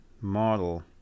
model